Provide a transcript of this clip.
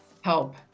help